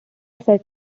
set